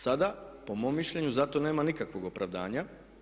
Sada, po mom mišljenju, za to nema nikakvog opravdanja.